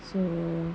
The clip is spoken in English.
so